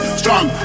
strong